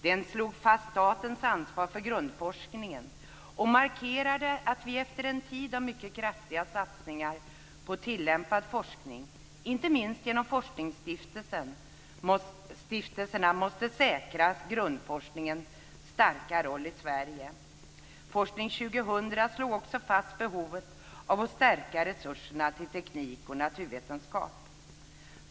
Den slog fast statens ansvar för grundforskningen och markerade att vi efter en tid av mycket kraftiga satsningar på tillämpad forskning - inte minst genom forskningsstiftelserna - måste säkra grundforskningens starka roll i Sverige. Forskning 2000 slog också fast behovet av att stärka resurserna till teknik och naturvetenskap.